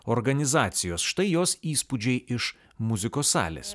organizacijos štai jos įspūdžiai iš muzikos salės